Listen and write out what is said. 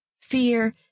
Fear